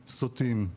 סוטים,